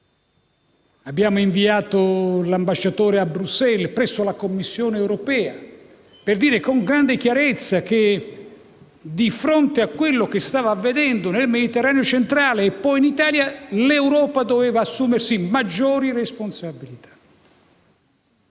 Abbiamo inviato l'ambasciatore a Bruxelles presso la Commissione europea, per dire con grande chiarezza che, di fronte a quello che stava avvenendo nel Mediterraneo centrale e poi in Italia, l'Europa doveva assumersi maggiori responsabilità.